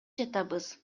жатабыз